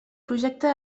projecte